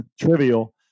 trivial